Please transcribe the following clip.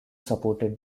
supported